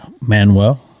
Manuel